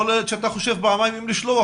יכול להיות שאתה תחשוב פעמיים אם לשלוח